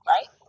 Right